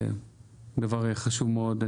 זה דבר חשוב מאוד.